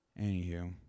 Anywho